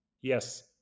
Yes